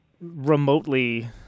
remotely